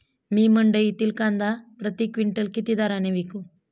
मी मंडईतील कांदा प्रति क्विंटल किती दराने विकू?